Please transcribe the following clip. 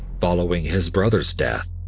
following his brother's death,